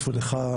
ולך,